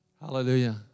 Hallelujah